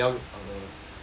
map